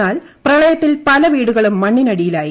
എന്നാൽ പ്രളയത്തിൽ പല വീടുകളും മണ്ണിനിടയിലായി